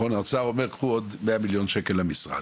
האוצר אומר קחו עוד מאה מיליון שקל למשרד